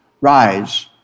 Rise